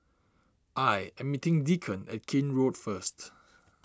I am meeting Deacon at Keene Road first